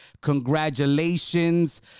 Congratulations